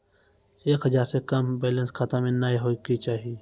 एक हजार से कम बैलेंस खाता मे नैय होय के चाही